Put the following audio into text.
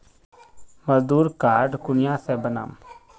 मजदूर कार्ड कुनियाँ से बनाम?